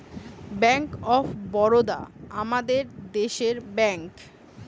bank of Baroda আমাদের দেশের bank